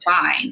fine